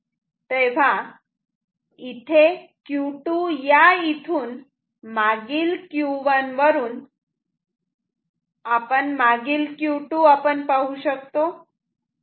तेव्हा इथे Q2 या इथून मागील Q1 वरून मागील Q2 आपण पाहू शकतो